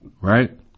Right